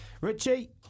Richie